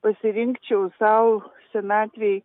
pasirinkčiau sau senatvei